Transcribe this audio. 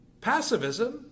passivism